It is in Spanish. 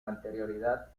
anterioridad